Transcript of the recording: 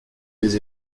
les